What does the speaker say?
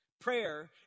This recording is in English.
prayer